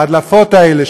ההדלפות האלה,